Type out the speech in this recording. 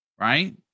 right